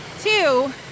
two